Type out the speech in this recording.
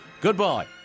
goodbye